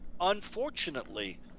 Unfortunately